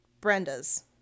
brenda's